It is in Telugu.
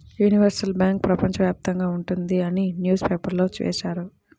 యూనివర్సల్ బ్యాంకు ప్రపంచ వ్యాప్తంగా ఉంటుంది అని న్యూస్ పేపర్లో వేశారు